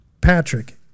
Patrick